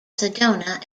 sedona